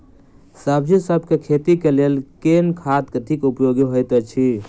सब्जीसभ केँ खेती केँ लेल केँ खाद अधिक उपयोगी हएत अछि?